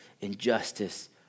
injustice